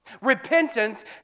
Repentance